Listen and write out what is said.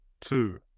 two